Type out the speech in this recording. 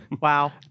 Wow